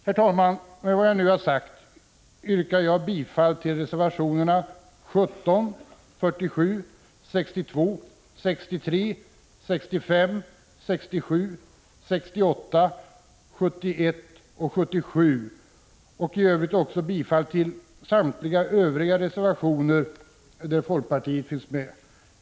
Herr talman! Med vad jag nu har sagt yrkar jag bifall till reservationerna 17, 47, 62, 63, 65, 67, 68, 71 och 77. Dessutom yrkar jag bifall till samtliga de övriga reservationer i betänkandet där folkpartiets representanter finns med.